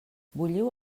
bulliu